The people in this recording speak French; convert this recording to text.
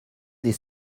des